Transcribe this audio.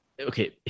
okay